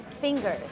fingers